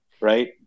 right